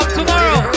tomorrow